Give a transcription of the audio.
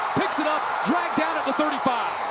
picks it up. dragged down at the thirty five.